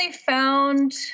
found